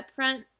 upfront